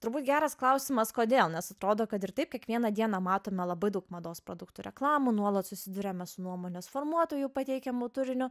turbūt geras klausimas kodėl nes atrodo kad ir taip kiekvieną dieną matome labai daug mados produktų reklamų nuolat susiduriame su nuomonės formuotojų pateikiamu turiniu